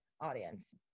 audience